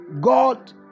God